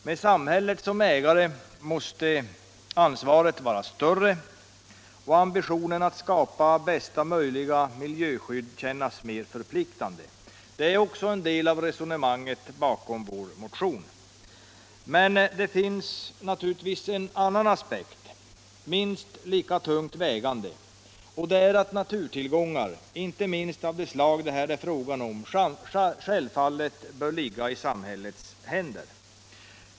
Med samhället som ägare måste ansvaret vara större och ambitionen att skapa bästa möjliga miljöskydd kännas mer förpliktande. Det är en del av resonemanget bakom motionen. Men det finns naturligtvis en annan aspekt, minst lika tungt vägande, och det är att naturtillgångar, inte minst av det slag det här är fråga om, självfallet bör ligga i samhällets händer.